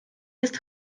jest